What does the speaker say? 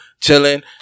Chilling